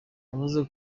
yavuze